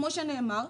כמו שנאמר,